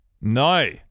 no